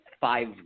five